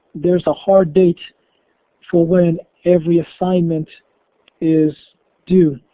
there's a hard date for when every assignment is due.